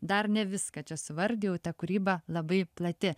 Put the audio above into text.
dar ne viską čia suvardijau ta kūryba labai plati